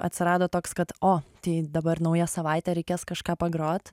atsirado toks kad o tai dabar nauja savaitė reikės kažką pagrot